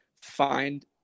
find